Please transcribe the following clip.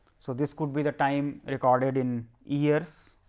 so, this could be the time recorded in years